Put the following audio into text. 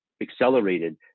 accelerated